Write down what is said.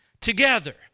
together